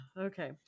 Okay